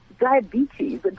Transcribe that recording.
diabetes